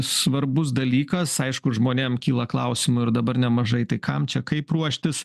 svarbus dalykas aišku žmonėm kyla klausimų ir dabar nemažai tai kam čia kaip ruoštis